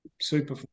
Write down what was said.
Super